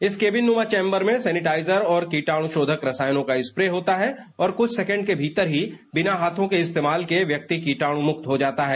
इस केबिन नुमा चैम्बर में सैनिटाइजर और कीटाणुशोधक रसायनों का स्प्रे होता है और कुछ सेकंड के भीतर ही बिना हाथों के इस्तेमाल के ही व्यक्ति कीटाणु मुक्त हो जाता है